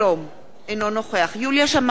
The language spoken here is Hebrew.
אינו נוכח יוליה שמאלוב-ברקוביץ,